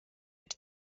die